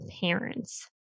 parents